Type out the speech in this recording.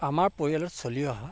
আমাৰ পৰিয়ালত চলি অহা